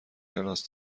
کلاس